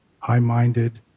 high-minded